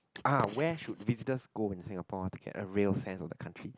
ah where should visitors go in Singapore to get a real sense of the country